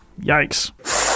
Yikes